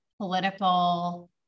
political